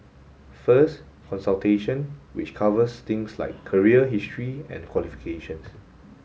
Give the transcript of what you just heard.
first consultation which covers things like career history and qualifications